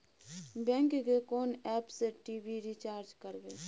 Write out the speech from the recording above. Bank के कोन app से टी.वी रिचार्ज करबे?